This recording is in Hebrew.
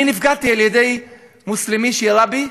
אני נפגעתי על-ידי מוסלמי, שירה בי,